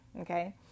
okay